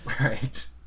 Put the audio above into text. Right